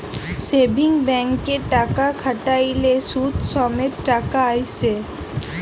savings ব্যাংকে টাকা খ্যাট্যাইলে সুদ সমেত টাকা আইসে